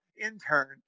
intern